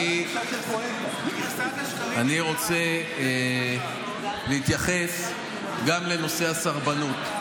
אני רוצה להתייחס גם לנושא הסרבנות.